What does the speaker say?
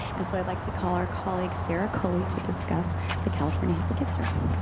and so i'd like to call our colleague, sarah coley, to discuss the california healthy kids survey.